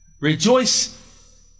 rejoice